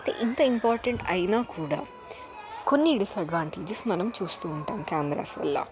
అయితే ఇంత ఇంపార్టెంట్ అయినా కూడా కొన్ని డిసడ్వాంటేజెస్ మనం చూస్తూ ఉంటాము కెమెరాస్ వల్ల